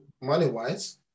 money-wise